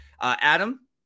Adam